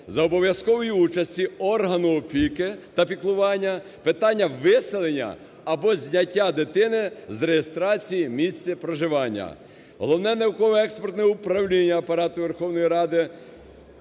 за обов'язкової участі органу опіки та піклування питання виселення або зняття дитини з реєстрації місця проживання. Головне науково-експертне управління Апарату Верховної Ради